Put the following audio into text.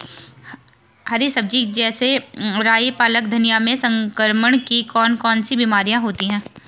हरी सब्जी जैसे राई पालक धनिया में संक्रमण की कौन कौन सी बीमारियां होती हैं?